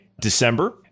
december